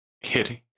hitting